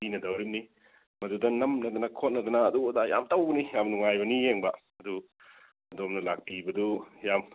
ꯄꯤꯅꯗꯣꯔꯤꯕꯅꯤ ꯃꯗꯨꯗ ꯅꯝꯅꯗꯅ ꯈꯣꯠꯅꯗꯅ ꯑꯗꯨ ꯑꯗꯥ ꯌꯥꯝ ꯇꯧꯒꯅꯤ ꯌꯥꯝ ꯅꯨꯡꯉꯥꯏꯕꯅꯤ ꯌꯦꯡꯕ ꯑꯗꯨ ꯑꯗꯣꯝꯅ ꯂꯥꯛꯄꯤꯕꯗꯨ ꯌꯥꯝ